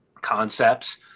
concepts